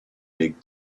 big